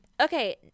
Okay